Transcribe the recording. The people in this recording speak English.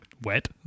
wet